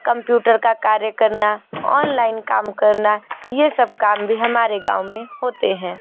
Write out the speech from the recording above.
computer का कार्य करना ऑनलाइन काम करना ये सब काम भी हमारे गाँव में होते हैं